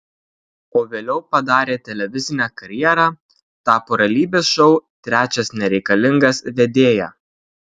o vėliau padarė televizinę karjerą tapo realybės šou trečias nereikalingas vedėja